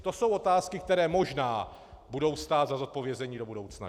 To jsou otázky, které možná budou stát za zodpovězení do budoucna.